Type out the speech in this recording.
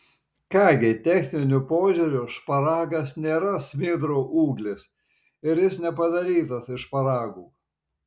ką gi techniniu požiūriu šparagas nėra smidro ūglis ir jis nepadarytas iš šparagų